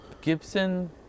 Gibson